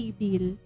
bill